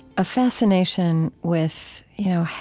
a fascination with, you know,